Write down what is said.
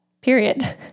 period